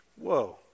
Whoa